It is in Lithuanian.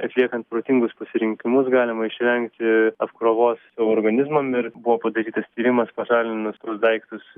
atliekant protingus pasirinkimus galima išvengti apkrovos savo organizmam ir buvo padarytas tyrimas pašalinus tuos daiktus